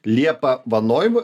liepa vanojimui